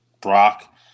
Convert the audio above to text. Brock